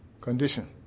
condition